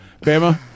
Bama